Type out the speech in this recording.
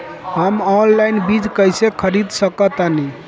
हम ऑनलाइन बीज कईसे खरीद सकतानी?